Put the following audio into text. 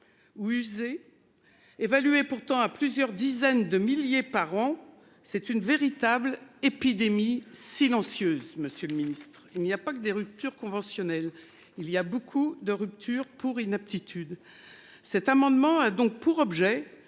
vieillissants. Ou. Pourtant à plusieurs dizaines de milliers par an. C'est une véritable épidémie silencieuse, monsieur le ministre, il n'y a pas que des ruptures conventionnelles. Il y a beaucoup de rupture pour inaptitude. Cet amendement a donc pour objet